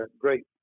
great